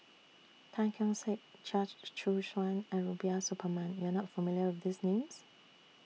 Tan Keong Saik Chia Choo Suan and Rubiah Suparman YOU Are not familiar with These Names